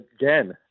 again